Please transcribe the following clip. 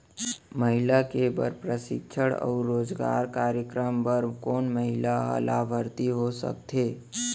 महिला के बर प्रशिक्षण अऊ रोजगार कार्यक्रम बर कोन महिला ह लाभार्थी हो सकथे?